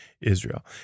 Israel